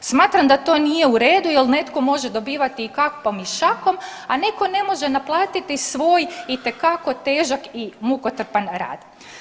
Smatram da to nije u redu jer netko može dobivati i kapom i šakom, a netko ne može naplatiti svoj itekako težak i mukotrpan rad.